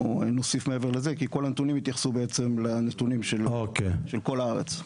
נוסיף מעבר לזה כי כל הנתונים התייחסו בעצם לנתונים של כל הארץ.